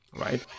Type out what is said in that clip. right